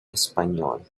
español